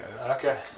Okay